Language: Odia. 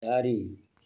ଚାରି